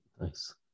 Nice